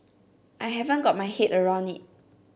I haven't got my head around it